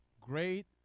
Great